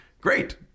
great